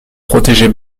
protéger